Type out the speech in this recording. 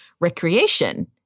recreation